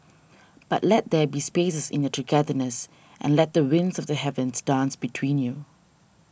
but let there be spaces in your togetherness and let the winds of the heavens dance between you